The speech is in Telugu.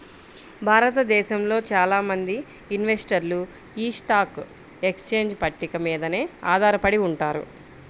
భారతదేశంలో చాలా మంది ఇన్వెస్టర్లు యీ స్టాక్ ఎక్స్చేంజ్ పట్టిక మీదనే ఆధారపడి ఉంటారు